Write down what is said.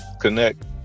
connect